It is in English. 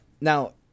now